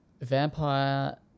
Vampire